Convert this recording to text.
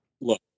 Look